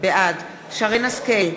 בעד שרן השכל,